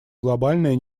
глобальное